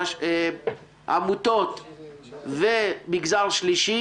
העמותות והמגזר השלישי,